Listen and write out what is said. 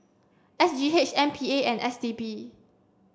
S G H M P A and S T B